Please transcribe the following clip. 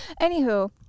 Anywho